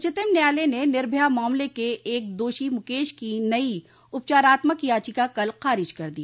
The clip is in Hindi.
उच्चतम न्यायालय ने निर्भया मामले के एक दोषी मुकेश की नई उपचारात्मक याचिका कल खारिज कर दी